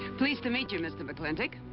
pleased to meet you, mr. mclintock.